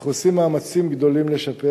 אנחנו עושים מאמצים גדולים לשפר.